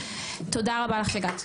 תודה רבה לך שהגעת.